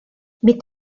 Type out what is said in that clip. mit